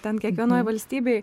ten kiekvienoj valstybėj